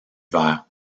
vert